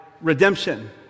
redemption